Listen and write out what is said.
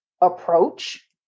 approach